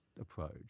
approach